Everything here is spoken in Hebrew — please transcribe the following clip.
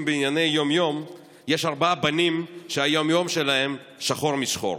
בענייני יום-יום יש ארבעה בנים שהיום-יום שלהם שחור משחור.